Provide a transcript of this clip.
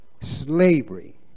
slavery